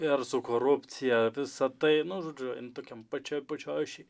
ir su korupcija visa tai nu žodžiu jin tokiam pačia pačioj